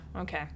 okay